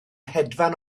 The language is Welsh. hedfan